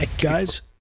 Guys